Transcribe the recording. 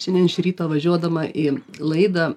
šiandien iš ryto važiuodama į laidą